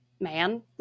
man